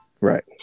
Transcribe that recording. Right